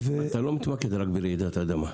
אתה לא מתמקד רק ברעידת אדמה?